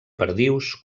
perdius